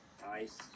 nice